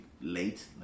late